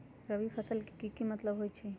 रबी फसल के की मतलब होई छई?